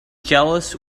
jealous